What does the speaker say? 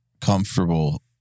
comfortable